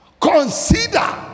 Consider